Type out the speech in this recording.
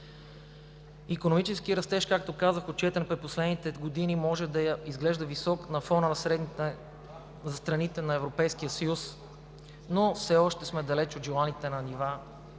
Икономическият растеж, както казах, отчетен през последните години, може да изглежда висок на фона на средните за страните на Европейския съюз, но все още сме далеч от желаните нива